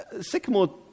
Sycamore